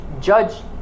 judge